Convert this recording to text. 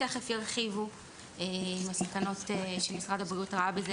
תיכף ירחיבו עם הסכנות שמשרד הבריאות ראה בזה,